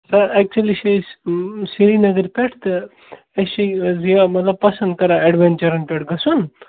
سَر اٮ۪کچولی چھِ أسۍ سریٖنگر پٮ۪ٹھ تہٕ أسۍ چھِ یہِ حظ یہِ مطلب پسنٛد کران اٮ۪ڈوٮ۪نچَرَن پٮ۪ٹھ گژھُن